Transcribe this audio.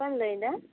ᱚᱠᱚᱭᱮᱢ ᱞᱟᱹᱭᱮᱫᱟ